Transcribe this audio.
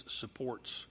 supports